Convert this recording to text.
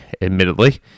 admittedly